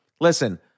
listen